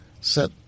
set